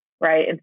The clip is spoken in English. Right